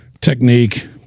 technique